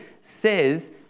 says